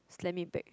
slam it back